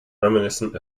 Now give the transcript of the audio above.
reminiscent